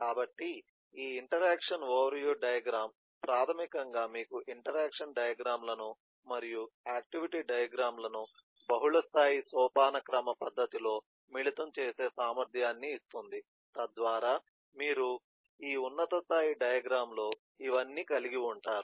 కాబట్టి ఈ interaction overview diagram ప్రాథమికంగా మీకు ఇంటరాక్షన్ డయాగ్రమ్ లను మరియు ఆక్టివిటీ డయాగ్రమ్ లను బహుళస్థాయి సోపానక్రమ పద్ధతిలో మిళితం చేసే సామర్థ్యాన్ని ఇస్తుంది తద్వారా మీరు ఈ ఉన్నత స్థాయి డయాగ్రమ్ లో ఇవన్నీ కలిగి ఉంటారు